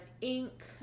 ink